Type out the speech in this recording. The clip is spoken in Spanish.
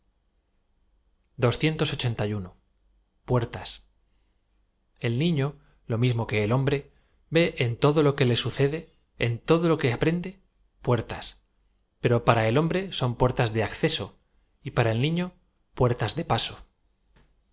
e l nifio lo miamo que e l hombre v e en todo lo que le sucede en todo lo que aprende puertas pero para el hombre son puercas de acceso y p ara el niño puer tas de paso